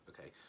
Okay